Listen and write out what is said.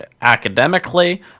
academically